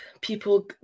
people